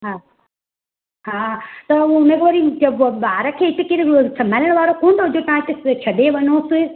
हा हा त हुनखे वरी चइबो ॿार खे हिते केरु बि संभालणु वारो कोन्ह त हुजे तव्हां हिते छॾे वञोसि